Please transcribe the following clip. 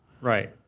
Right